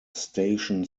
station